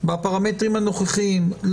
בפרמטרים הנוכחיים,